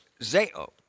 zeo